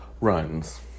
runs